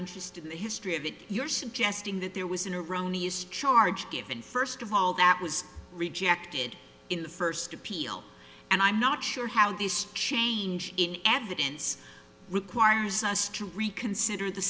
interested in the history of it you're suggesting that there was an erroneous charge given first of all that was rejected in the first appeal and i'm not sure how this change in evidence requires us to reconsider the